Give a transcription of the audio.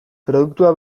produktua